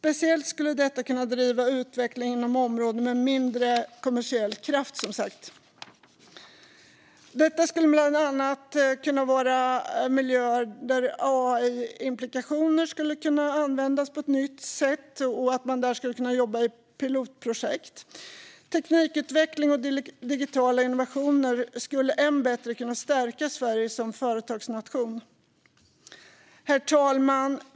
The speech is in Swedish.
Det skulle bland annat kunna handla om miljöer där AI-applikationer kan användas på ett nytt sätt i pilotprojekt. Teknikutveckling och digitala innovationer skulle ännu bättre kunna stärka Sverige som företagsnation. Herr talman!